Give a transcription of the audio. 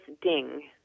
ding